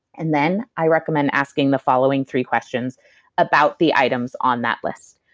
and then i recommend asking the following three questions about the items on that list.